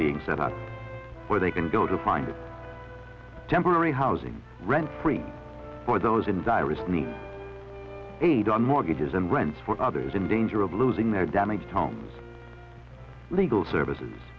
being set up where they can go to find temporary housing rent free for those in direst need aid on mortgages and rents for others in danger of losing their damaged homes legal services